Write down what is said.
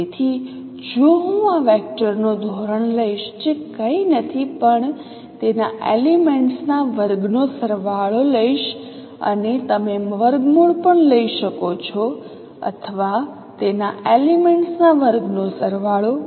તેથી જો હું આ વેક્ટરનો ધોરણ લઈશ જે કંઈ નથી પણ તેના એલિમેન્ટ્સ ના વર્ગનો સરવાળો લઈશ અને તમે વર્ગમૂળ પણ લઈ શકો છો અથવા તેના એલિમેન્ટ્સ ના વર્ગનો સરવાળો